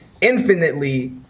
infinitely